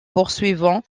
poursuivants